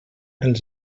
els